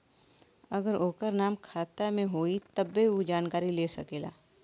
अगर ओकर नाम खाता मे होई तब्बे ऊ जानकारी ले सकेला